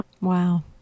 Wow